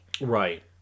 Right